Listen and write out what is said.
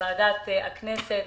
מוועדת הכנסת